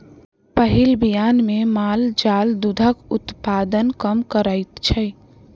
पहिल बियान मे माल जाल दूधक उत्पादन कम करैत छै